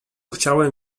chciałem